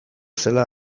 zela